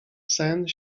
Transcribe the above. sen